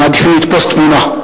הם מעדיפים לתפוס תמונה.